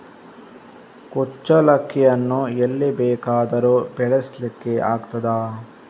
ಕುಚ್ಚಲಕ್ಕಿಯನ್ನು ಎಲ್ಲಿ ಬೇಕಾದರೂ ಬೆಳೆಸ್ಲಿಕ್ಕೆ ಆಗ್ತದ?